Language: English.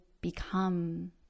become